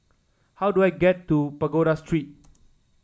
how do I get to Pagoda Street